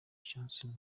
johnson